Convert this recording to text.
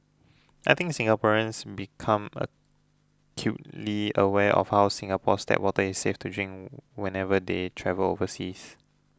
I think Singaporeans become acutely aware of how Singapore's tap water is safe to drink whenever they travel overseas